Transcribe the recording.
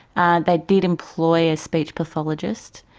and they did employ a speech pathologist,